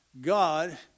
God